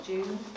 June